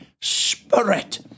Spirit